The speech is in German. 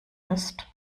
ist